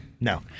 No